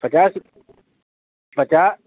پچاس پچاس